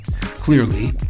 Clearly